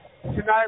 Tonight